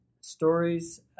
stories